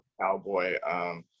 cowboy